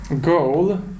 goal